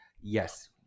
Yes